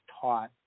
taught